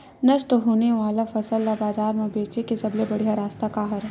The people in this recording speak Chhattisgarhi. नष्ट होने वाला फसल ला बाजार मा बेचे के सबले बढ़िया रास्ता का हरे?